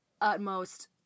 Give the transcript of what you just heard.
utmost